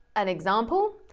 an example,